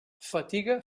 fatiga